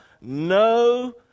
no